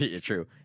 true